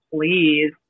please